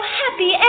happy